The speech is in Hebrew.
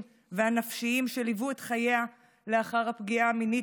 והנפשיים שליוו את חייה לאחר הפגיעה המינית,